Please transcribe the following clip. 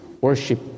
worship